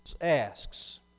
asks